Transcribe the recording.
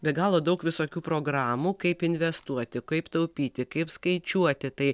be galo daug visokių programų kaip investuoti kaip taupyti kaip skaičiuoti tai